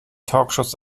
talkshows